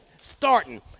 starting